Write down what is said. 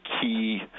key